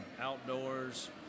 outdoors